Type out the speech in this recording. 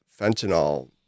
fentanyl